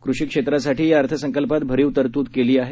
कृषी क्षेत्रासाठी या अर्थसंकल्पात भरीव तरतूद केली आहे